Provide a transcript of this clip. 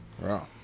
Wow